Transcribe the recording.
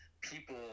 people